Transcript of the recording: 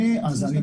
זה פשוט עצלות,